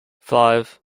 five